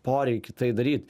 poreikį tai daryt